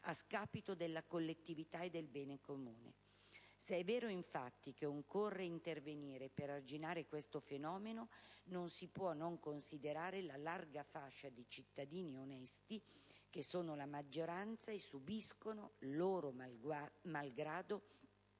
a scapito della collettività e del bene comune. Se è vero che occorre intervenire per arginare questo fenomeno, non si può non considerare la larga fascia di cittadini onesti (e sono la maggioranza) che subiscono, loro malgrado,